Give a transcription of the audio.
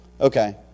okay